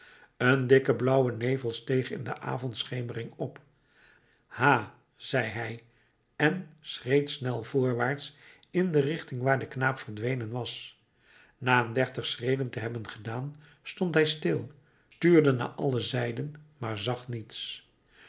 een dikke blauwe nevel steeg in de avondschemering op ha zeide hij en schreed snel voorwaarts in de richting waar de knaap verdwenen was na een dertig schreden te hebben gedaan stond hij stil tuurde naar alle zijden maar zag niets